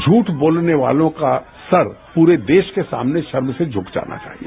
झूठ बोलने वालों का सर पूरे देश के सामने शर्म से झुक जाना चाहिए